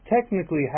technically